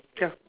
ya